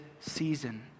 season